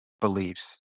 beliefs